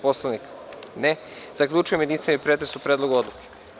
Poslovnika? (Ne) Zaključujem jedinstveni pretres o Predlogu odluke.